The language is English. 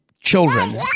children